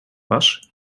was